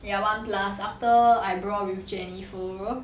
ya one plus after I go out with jennifer